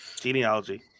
genealogy